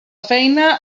feina